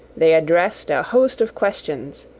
they addressed a host of questions,